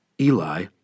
Eli